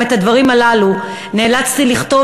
אני מודה שגם את הדברים הללו נאלצתי לכתוב